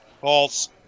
False